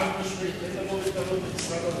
חד-משמעית, אין לבוא בטענות למשרד האוצר.